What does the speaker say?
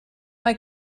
mae